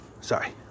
sorry